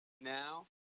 now